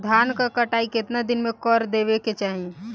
धान क कटाई केतना दिन में कर देवें कि चाही?